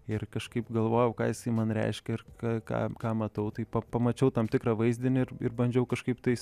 ir kažkaip galvojau ką jisai man reiškia ir ką ką ką matau tai pa pamačiau tam tikrą vaizdinį ir ir bandžiau kažkaiptais